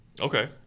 Okay